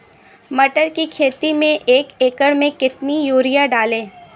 मटर की खेती में एक एकड़ में कितनी यूरिया डालें?